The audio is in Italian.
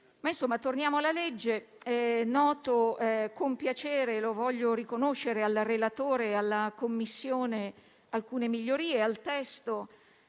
Torniamo alla legge. Noto con piacere - lo voglio riconoscere al relatore e alla Commissione - alcune migliorie al testo,